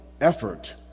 effort